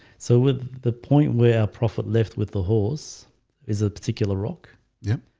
so with the point where prophet left with the horse is a particular rock yeah,